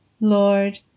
Lord